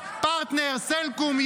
לציבור, קיים בהרבה מקומות.